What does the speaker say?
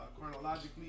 chronologically